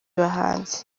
bahanzi